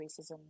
racism